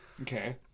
Okay